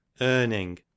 Earning